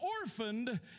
orphaned